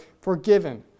forgiven